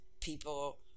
people